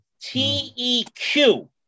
T-E-Q